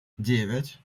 девять